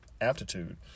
aptitude